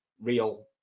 real